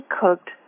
cooked